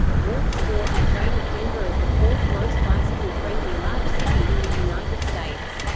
walk score has rated denver as the fourth most bicycle-friendly large city in the united states.